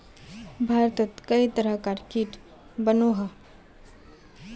भारतोत कई तरह कार कीट बनोह